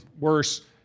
worse